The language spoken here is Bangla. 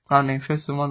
কারণ 𝑓 সমান ধ্রুবক